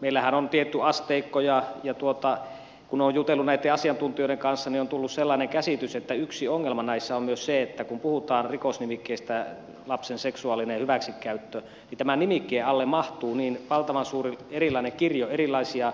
meillähän on tietty asteikko ja kun olen jutellut näitten asiantuntijoiden kanssa niin on tullut sellainen käsitys että yksi ongelma näissä on myös se että kun puhutaan rikosnimikkeestä lapsen seksuaalinen hyväksikäyttö niin tämän nimikkeen alle mahtuu niin valtavan suuri kirjo erilaisia